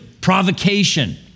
provocation